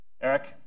Eric